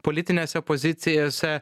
politinėse pozicijose